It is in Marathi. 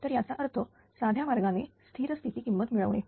तर याचा अर्थ साध्या मार्गाने स्थिर स्थिती किंमत मिळवणे